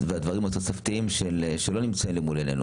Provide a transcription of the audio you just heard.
והדברים התוספתיים שלא נמצאים למול עינינו.